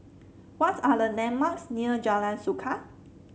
what are the landmarks near Jalan Suka